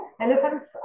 Elephants